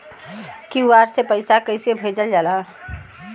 QR से पैसा कैसे भेजल जाला?